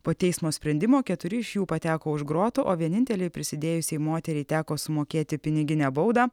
po teismo sprendimo keturi iš jų pateko už grotų o vienintelei prisidėjusiai moteriai teko sumokėti piniginę baudą